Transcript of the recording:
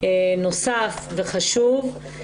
נוסף וחשוב.